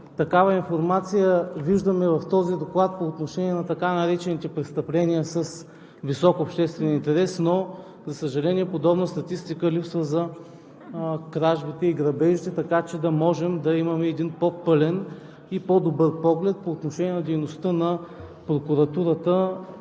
Такава информация виждаме в този доклад по отношение на така наречените престъпления с висок обществен интерес, но за съжаление, подобна статистика липсва за кражбите и грабежите, така че да можем да имаме един по-пълен и по-добър поглед по отношение на дейността на прокуратурата